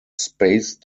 space